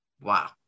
Wow